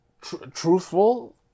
truthful